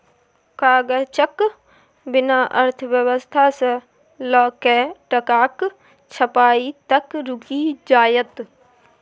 कागजक बिना अर्थव्यवस्था सँ लकए टकाक छपाई तक रुकि जाएत